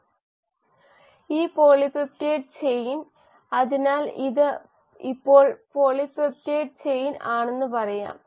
ഈ polypeptide chain അതിനാൽ ഇത് ഇപ്പോൾ പോളിപെപ്റ്റൈഡ് ചെയിൻ ആണെന്ന് പറയാം